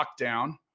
lockdown